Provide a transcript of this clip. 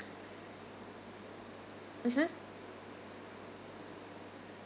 mmhmm